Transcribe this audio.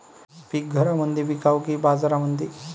पीक घरामंदी विकावं की बाजारामंदी?